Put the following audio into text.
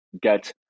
get